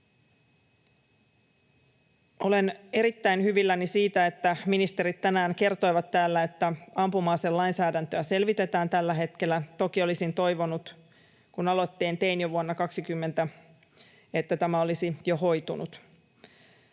Olen erittäin hyvilläni siitä, että ministerit tänään kertoivat täällä, että ampuma-aselainsäädäntöä selvitetään tällä hetkellä. Toki olisin toivonut, kun aloitteen tein jo vuonna 20, että tämä olisi jo hoitunut.